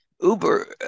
Uber